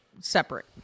separate